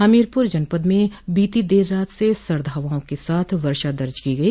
हमीरपुर जनपद में बीती देर रात से सर्द हवाओं के साथ वर्षा दर्ज की गई